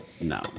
No